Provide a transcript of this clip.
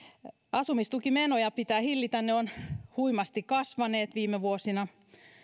asumistukimenoja pitää hillitä ne ovat huimasti kasvaneet viime vuosina